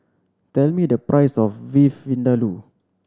tell me the price of Beef Vindaloo